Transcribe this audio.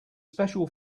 special